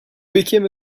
became